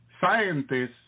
scientists